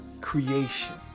creation